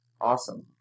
Awesome